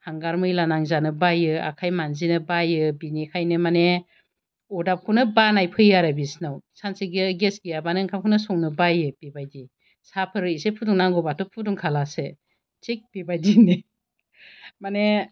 हांगार मैला नांजानो बायो आखाइ मान्जिनो बायो बेनिखायनो माने अरदाबखौनो बानाय फैयो आरो बिसोरनाव सानसे गेस गैयाबानो ओंखामखौनो संनो बायो बेबायदि साहाफोर एसे फुदुंनांगौबाथ' फुदुंखालासो थिग बेबायदिनो माने